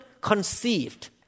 conceived